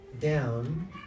down